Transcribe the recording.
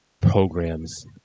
programs